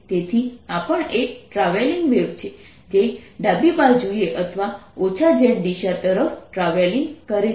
તેથી આ પણ એક ટ્રાવેલિંગ વેવ છે જે ડાબી બાજુએ અથવા z દિશા તરફ ટ્રાવેલિંગ કરે છે